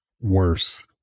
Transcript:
worse